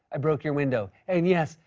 i broke your window, and, yes,